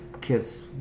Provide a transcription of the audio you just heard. kids